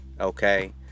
okay